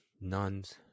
nuns